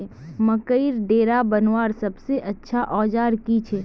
मकईर डेरा बनवार सबसे अच्छा औजार की छे?